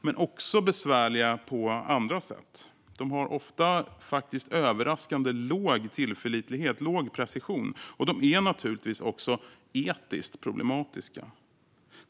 De är också besvärliga på andra sätt: De har ofta överraskande låg tillförlitlighet och precision, och de är naturligtvis också etiskt problematiska.